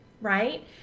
Right